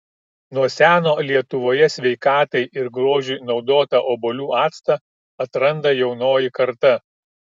nuo seno lietuvoje sveikatai ir grožiui naudotą obuolių actą atranda jaunoji karta